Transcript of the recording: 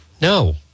No